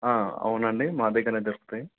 అవునండి మా దగ్గర దొరుకుతాయి